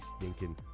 stinking